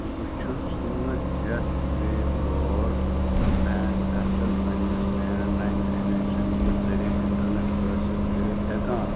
بہٕ چھُس نہٕ ہیٚتھ وے برٛاڈ بینٛڈ پٮ۪ٹھ پننِس لینٛڈ لاین کۄنیٚکشن کہِ ذٔریعہِ انٹرنیٚٹ حٲصل کٔرتھ ہیٚکان